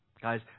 Guys